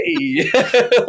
hey